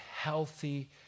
healthy